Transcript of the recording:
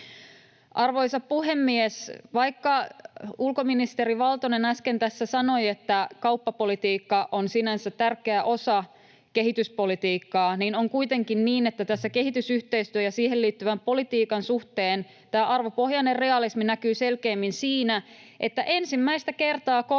Arvoisa puhemies! Vaikka ulkoministeri Valtonen äsken tässä sanoi, että kauppapolitiikka on sinänsä tärkeä osa kehityspolitiikkaa, on kuitenkin niin, että kehitysyhteistyön ja siihen liittyvän politiikan suhteen tämä arvopohjainen realismi näkyy selkeimmin siinä, että ensimmäistä kertaa koskaan